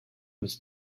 was